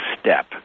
step